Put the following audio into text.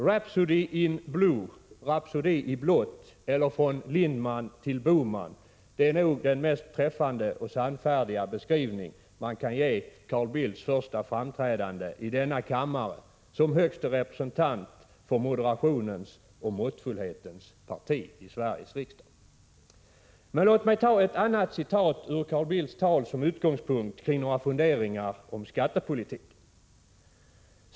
Rhapsody in Blue — rapsodi i blått — eller Från Lindman till Bohman är nog den mest träffande och sannfärdiga beskrivning man kan ge av Carl Bildts första framträdande i denna kammare som högste representant för ”moderationens och måttfullhetens parti” i Sveriges riksdag. Men låt mig ta ett annat citat ur Carl Bildts tal som utgångspunkt för några funderingar kring skattepolitiken.